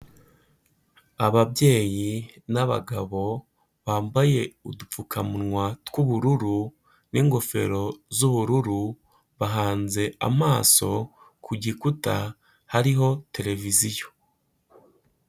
Ababyeyi n'abagabo bambaye udupfukamunwa tw'ubururu n'ingofero z'ubururu, bahanze amaso ku gikuta hariho televiziyo.